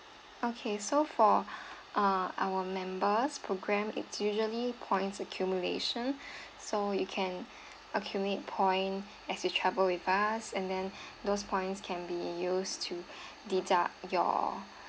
okay so for uh our members program it's usually points accumulation so you can accumulate point as you travel with us and then those points can be used to deduct your